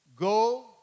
Go